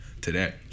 today